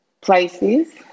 places